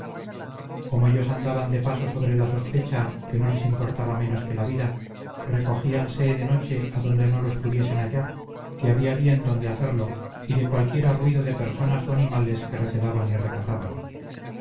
como ellos andaban de paso sobre la sospecha que no les importaba menos que la vida recogíanse de noche adonde no los pudiesen hallar que había bien donde hacerlo y de cualquiera ruido de personas o animales se recelaban y recataban en